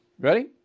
Ready